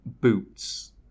boots